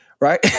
Right